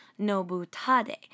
Nobutade